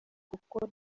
kuko